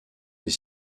des